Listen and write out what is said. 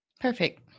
perfect